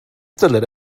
stället